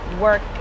work